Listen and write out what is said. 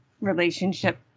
relationship